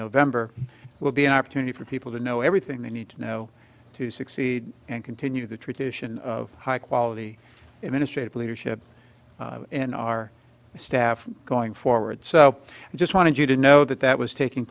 november will be an opportunity for people to know everything they need to know to succeed and continue the tradition of high quality in a straight leadership in our staff going forward so i just wanted you to know that that was taking